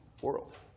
world